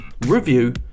review